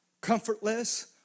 comfortless